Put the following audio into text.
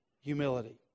humility